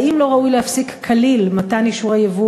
2. האם לא ראוי להפסיק כליל מתן אישורי ייבוא